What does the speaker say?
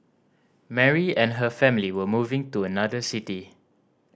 Mary and her family were moving to another city